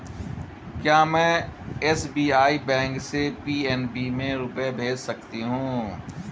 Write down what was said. क्या में SBI bank से पी.एन.बी में रुपये भेज सकती हूँ?